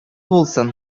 булсын